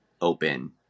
open